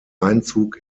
einzug